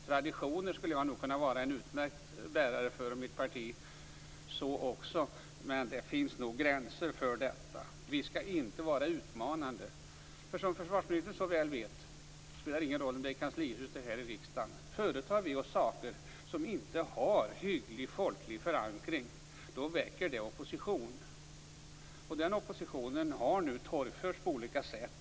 Traditioner skulle nog också jag och mitt parti kunna vara utmärkta bärare av. Men det finns gränser. Vi skall inte vara utmanande. Som försvarsministern väl vet är det så - och det spelar ingen roll om det är kanslihuset eller här i riksdagen - att om vi företar oss något som inte har hygglig folklig förankring, så väcker det opposition. Denna opposition har nu torgförts på olika sätt.